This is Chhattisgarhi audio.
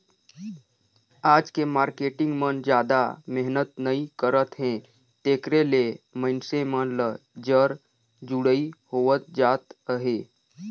आज के मारकेटिंग मन जादा मेहनत नइ करत हे तेकरे ले मइनसे मन ल जर जुड़ई होवत जात अहे